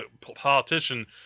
politician